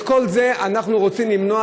את כל זה אנחנו רוצים למנוע,